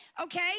okay